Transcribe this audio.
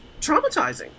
traumatizing